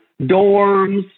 dorms